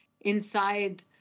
inside